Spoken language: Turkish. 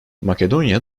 makedonya